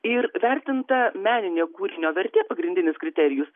ir vertinta meninė kūrinio vertė pagrindinis kriterijus